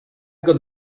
got